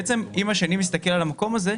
בעצם אם השני מסתכל על המקום הזה,